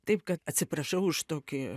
taip kad atsiprašau už tokį